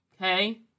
Okay